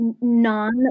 non